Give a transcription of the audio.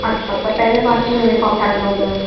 अच्छा अच्छा पहरियों तव्हां स्कूल यूनिफ़ॉम ठाहींदा हूंदव